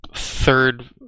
Third